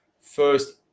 first